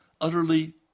utterly